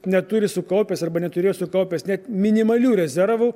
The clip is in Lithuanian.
neturi sukaupęs arba neturėjo sukaupęs net minimalių rezervų